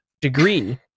degree